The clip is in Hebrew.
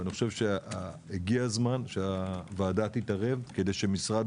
אני חושב שהגיע הזמן שהוועדה תתערב כדי שמשרד